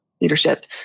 leadership